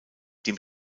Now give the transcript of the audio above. dem